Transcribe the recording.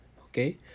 okay